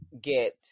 get